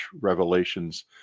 revelations